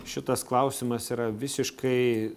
šitas klausimas yra visiškai